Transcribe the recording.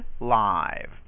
live